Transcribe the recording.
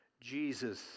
Jesus